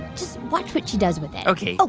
just watch what she does with it ok oh,